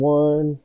one